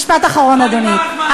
משפט אחרון, אדוני.